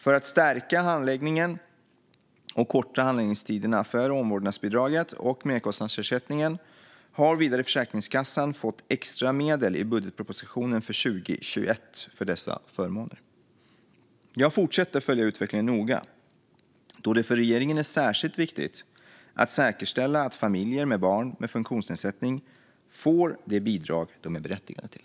För att stärka handläggningen och korta handläggningstiderna för omvårdnadsbidraget och merkostnadsersättningen har vidare Försäkringskassan fått extra medel i budgetpropositionen för 2021 för dessa förmåner. Jag fortsätter att följa utvecklingen noga, då det för regeringen är särskilt viktigt att säkerställa att familjer med barn med funktionsnedsättning får det bidrag som de är berättigade till.